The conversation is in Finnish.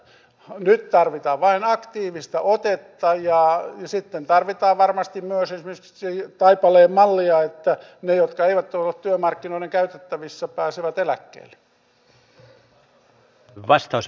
nyt tarvitaan vain aktiivista otetta ja sitten tarvitaan varmasti myös esimerkiksi taipaleen mallia niin että ne jotka eivät ole työmarkkinoiden käytettävissä pääsevät eläkkeelle